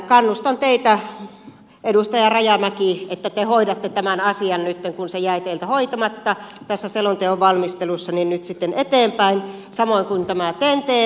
kannustan teitä edustaja rajamäki että te hoidatte tämän asian kun se jäi teiltä hoitamatta tässä selonteon valmistelussa nyt sitten eteenpäin samoin kuin tämän ten t verkon